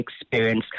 experience